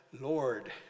Lord